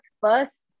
first